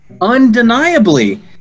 undeniably